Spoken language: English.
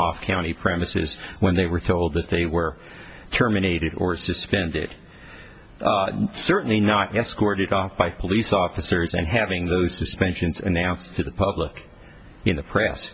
off county premises when they were told that they were terminated or suspended certainly not escorted off by police officers and having suspensions announced to the public in the press